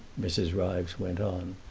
mrs. ryves went on,